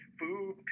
food